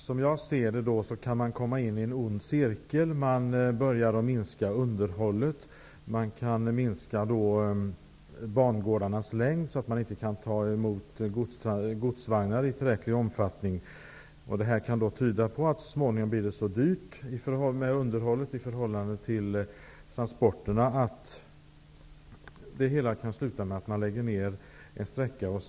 Herr talman! Som jag ser det kan man komma in i en ond cirkel. Man börjar minska underhållet, och minskar bangårdarnas längd, så att godsvagnar i tillräcklig omfattning inte kan tas emot. Detta kan leda till att underhållet så småningom blir så dyrt i förhållande till transporterna att det hela kan sluta med att en sträcka läggs ned.